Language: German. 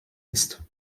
ist